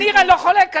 ניר, אני לא חולק עליך.